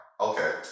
Okay